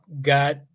got